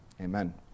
Amen